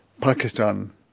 Pakistan